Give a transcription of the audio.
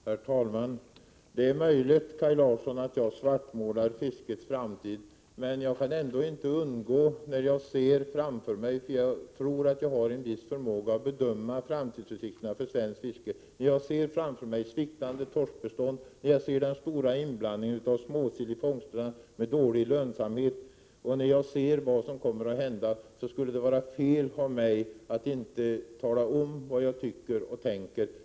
Herr talman! Det är möjligt, Kaj Larsson, att jag gör en svartmålning av fiskets framtid. Men jag tror att jag har en viss förmåga att bedöma framtidsutsikterna för svenskt fiske, och när jag då ser framför mig ett sviktande torskbestånd, stor inblandning av småsill i fångsterna, med dålig lönsamhet som följd, och allt det som kommer att hända, då skulle det vara fel av mig att inte tala om vad jag tycker och tänker.